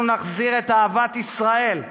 אנחנו נחזיר את אהבת ישראל,